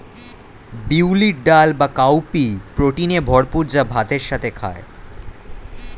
বিউলির ডাল বা কাউপি প্রোটিনে ভরপুর যা ভাতের সাথে খায়